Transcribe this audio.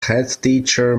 headteacher